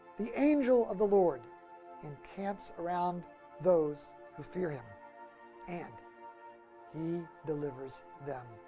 the angel of the lord encamps around those who fear him and he delivers them.